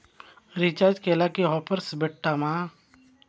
Recharge केला की offers भेटात मा?